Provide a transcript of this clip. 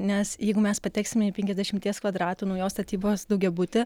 nes jeigu mes pateksime į penkiasdešimties kvadratų naujos statybos daugiabutį